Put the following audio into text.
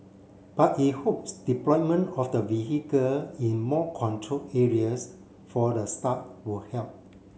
but he hopes deployment of the vehicle in more controlled areas for the start will help